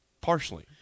partially